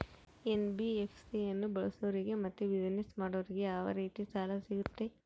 NBFC ಅನ್ನು ಬಳಸೋರಿಗೆ ಮತ್ತೆ ಬಿಸಿನೆಸ್ ಮಾಡೋರಿಗೆ ಯಾವ ರೇತಿ ಸಾಲ ಸಿಗುತ್ತೆ?